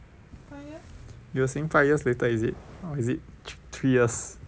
you were saying five years later is it or is it three years